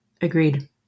agreed